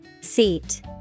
Seat